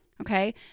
Okay